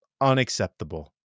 unacceptable